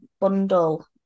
bundle